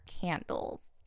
Candles